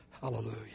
Hallelujah